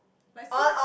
like Si~